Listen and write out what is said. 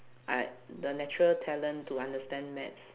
I the natural talent to understand maths